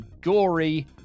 gory